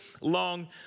long